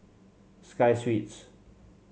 Sky Suites